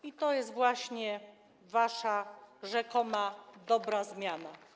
I to jest właśnie wasza rzekoma dobra zmiana.